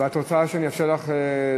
ואת רוצה שאני אאפשר לך להצביע?